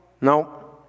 No